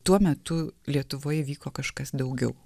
tuo metu lietuvoje vyko kažkas daugiau